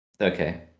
Okay